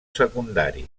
secundari